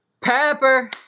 Pepper